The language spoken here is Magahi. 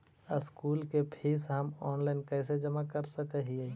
स्कूल के फीस हम ऑनलाइन कैसे जमा कर सक हिय?